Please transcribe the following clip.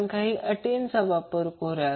आपण काही अटींचा वापर करूया